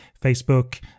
Facebook